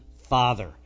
father